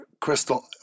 Crystal